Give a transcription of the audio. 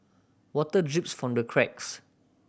water drips from the cracks